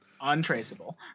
Untraceable